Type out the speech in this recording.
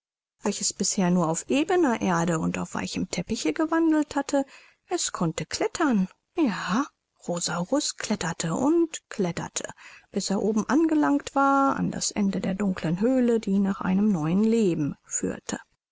welches bisher nur auf ebener erde und auf weichem teppiche gewandelt hatte es konnte klettern ja rosaurus kletterte und kletterte bis er oben angelangt war an das ende der dunkeln höhle die nach einem neuen leben führte